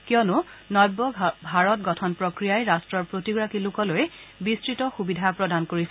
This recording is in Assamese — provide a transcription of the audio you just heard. কিয়নো নব্য ভাৰত গঠন প্ৰক্ৰিয়াই ৰাট্টৰ প্ৰতিগৰাকী লোকলৈ বিস্তৃত সুবিধা প্ৰদান কৰিছে